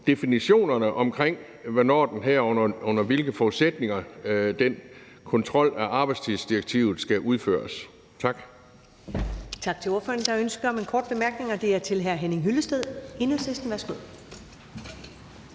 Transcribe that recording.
definitionerne omkring, hvornår, herunder under hvilke forudsætninger, den kontrol af arbejdstidsdirektivet skal udføres. Tak.